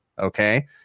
okay